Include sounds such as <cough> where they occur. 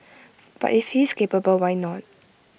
<noise> but if he is capable why not